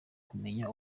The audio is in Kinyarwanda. kumenya